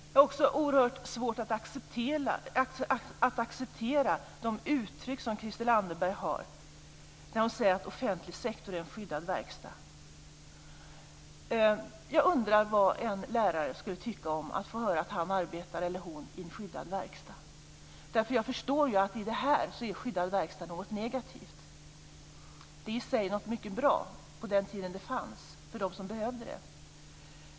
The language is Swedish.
Jag har också oerhört svårt att acceptera de uttryck som Christel Anderberg har. Hon säger att den offentliga sektorn är en skyddad verkstad. Jag undrar vad en lärare skulle tycka om att få höra att han eller hon arbetar i en skyddad verkstad. Jag förstår ju att en skyddad verkstad i det här fallet är någonting negativt. På den tid som sådana fanns var de någonting mycket bra för de människor som behövde dem.